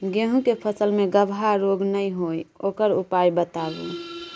गेहूँ के फसल मे गबहा रोग नय होय ओकर उपाय बताबू?